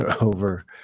over